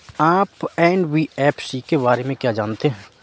आप एन.बी.एफ.सी के बारे में क्या जानते हैं?